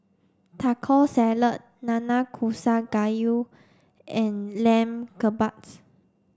Taco Salad Nanakusa Gayu and Lamb Kebabs